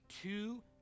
two